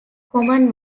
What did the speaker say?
common